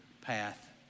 path